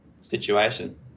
situation